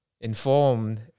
informed